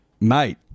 mate